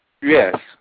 Yes